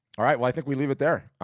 all right, well, i think we leave it there.